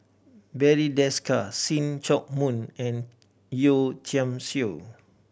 Barry Desker See Chak Mun and Yeo Tiam Siew